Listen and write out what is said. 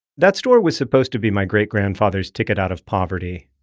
that store was supposed to be my great-grandfather's ticket out of poverty,